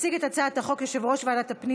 יציג את הצעת החוק יושב-ראש ועדת הפנים